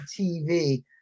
TV